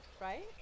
right